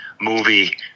movie